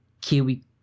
Kiwi